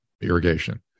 irrigation